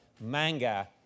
manga